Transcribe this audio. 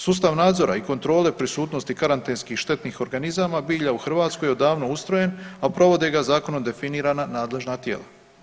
Sustav nadzora i kontrole prisutnosti karantenskih štetnih organizama bilja u Hrvatskoj je davno ustrojen, a provode ga zakonom definirana nadležna tijela.